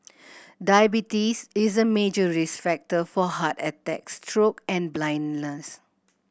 diabetes is a major risk factor for heart attacks stroke and blindness